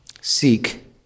Seek